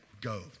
go